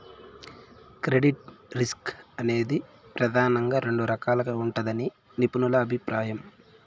credit risk అనేది ప్రెదానంగా రెండు రకాలుగా ఉంటదని నిపుణుల అభిప్రాయం